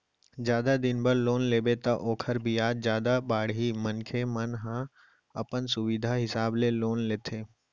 जादा दिन बर लोन लेबे त ओखर बियाज जादा बाड़ही मनखे मन ह अपन सुबिधा हिसाब ले ही लोन लेथे